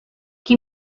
qui